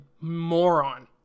moron